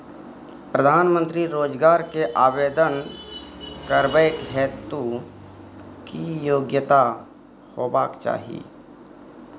प्रधानमंत्री रोजगार के आवेदन करबैक हेतु की योग्यता होबाक चाही?